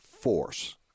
force